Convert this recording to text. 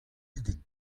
ugent